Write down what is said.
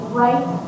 right